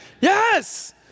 Yes